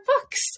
books